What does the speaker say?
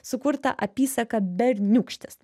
sukurtą apysaką berniūkštis